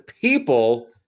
people